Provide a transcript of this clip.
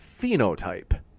phenotype